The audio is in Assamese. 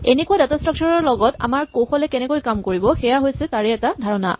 এনেকুৱা ডাটা স্ট্ৰাক্সাৰ ৰ লগত আমাৰ কৌশলে কেনেকৈ কাম কৰিব এয়া হৈছে তাৰেই এটা ধাৰণা